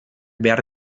behar